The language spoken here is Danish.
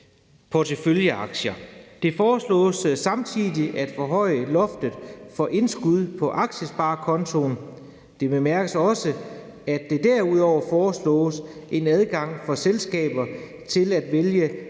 Det foreslås samtidig at forhøje loftet for indskud på aktiesparekontoen. Det bemærkes også, at der derudover foreslås en adgang for selskaber til at vælge